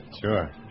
Sure